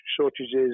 shortages